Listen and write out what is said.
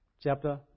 chapter